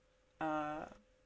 err